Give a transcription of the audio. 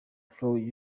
follow